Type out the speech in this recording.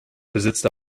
besitzt